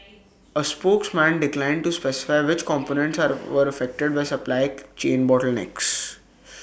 A spokesman declined to specify which components were affected by supply chain bottlenecks